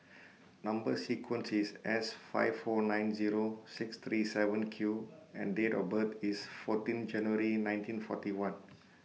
Number sequence IS S five four nine Zero six three seven Q and Date of birth IS fourteen January nineteen forty one